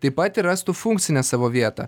taip pat ir rastų funkcinę savo vietą